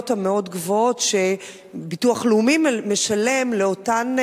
המאוד גבוהות שביטוח לאומי משלם לאותן,